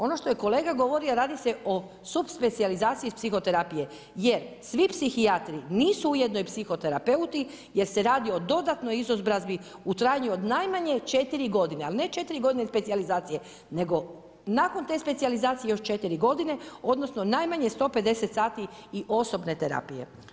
Ono što je kolega govorio a radi se o supspecijalizaciji psihoterapije, jer svi psihijatri nisu ujedno psihoterapeuti jer se radi o dodatnoj izobrazbi u trajanju od najmanje 4 godine, ali ne 4 godine specijalizacije, nego nakon te specijalizacije još 4 godine odnosno najmanje 150 sati i osobne terapije.